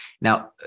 Now